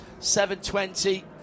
720